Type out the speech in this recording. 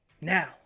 Now